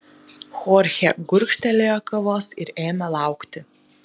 chorchė gurkštelėjo kavos ir ėmė laukti